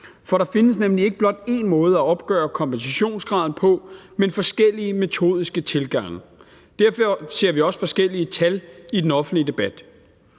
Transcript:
for der findes nemlig ikke blot én måde at opgøre kompensationsgraden på, men forskellige metodiske tilgange. Derfor ser vi også forskellige tal i den offentlige debat.